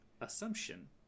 assumption